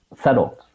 settled